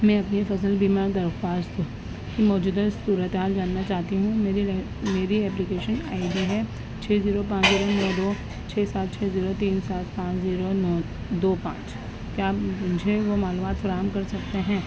میں اپنی فصل بیمہ درخواست کی موجودہ صورت حال جاننا چاہتی ہوں میری میری ایپلیکیشن آئی ڈی ہے چھ زیرو پانچ زیرو نو دو چھ سات چھ زیرو تین سات پانچ زیرو نو دو پانچ کیا آپ مجھے وہ معلومات فراہم کر سکتے ہیں